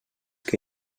que